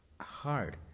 hard